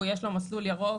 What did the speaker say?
יש לו מסלול ירוק,